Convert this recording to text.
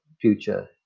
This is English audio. future